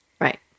Right